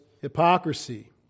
hypocrisy